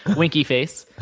winky face,